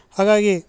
ಹಾಗಾಗಿ